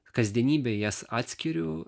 kasdienybėj jas atskiriu